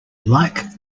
like